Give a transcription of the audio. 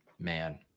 Man